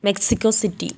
Mexico city